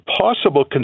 possible